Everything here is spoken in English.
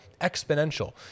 exponential